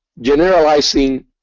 generalizing